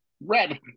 red